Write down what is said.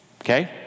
Okay